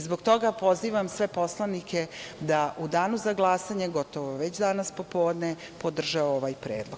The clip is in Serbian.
Zbog toga, pozivam sve poslanike da u danu za glasanje, gotovo već danas posle podne, podrže ovaj predlog.